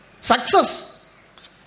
success